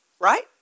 right